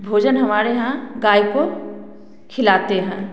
भोजन हमारे यहाँ गाय को खिलाते हैं